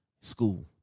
school